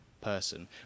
person